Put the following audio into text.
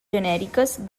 genèriques